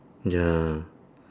ya